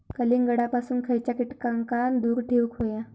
कलिंगडापासून खयच्या कीटकांका दूर ठेवूक व्हया?